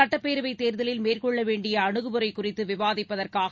சட்டப்பேரவை தேர்தலில் மேற்கொள்ள வேண்டிய அனுகுமுறை குறித்து விவாதிப்பதற்காக